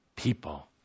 People